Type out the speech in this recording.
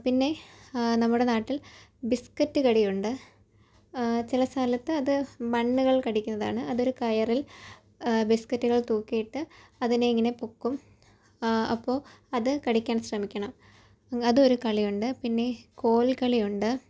പിന്നെ നമ്മുടെ നാട്ടിൽ ബിസ്ക്കറ്റ് കടിയുണ്ട് ചില സ്ഥലത്ത് അത് ബണ്ണുകൾ കടിക്കുന്നതാണ് അത് ഒരു കയറിൽ ബിസ്കറ്റുകൾ തൂക്കിയിട്ട് അതിനെ ഇങ്ങനെ പൊക്കും അപ്പോൾ അത് കടിക്കാൻ ശ്രമിക്കണം അതൊരു കളിയുണ്ട് പിന്നെ കോൽക്കളിയുണ്ട്